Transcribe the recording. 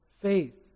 faith